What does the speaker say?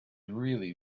really